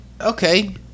okay